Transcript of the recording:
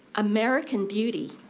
american beauty,